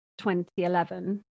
2011